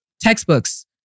textbooks